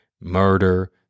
murder